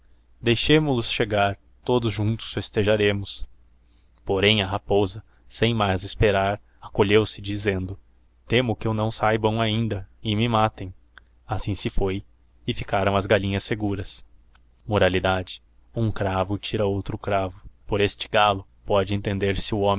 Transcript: deixemolos chegar todos juntos festejaremos